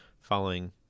following